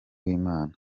w’imana